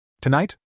Tonight